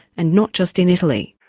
and not just in italy.